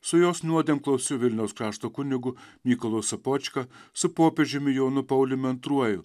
su jos nuodėmklausiu vilniaus krašto kunigu mykolu sopočka su popiežiumi jonu pauliumi antruoju